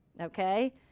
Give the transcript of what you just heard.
okay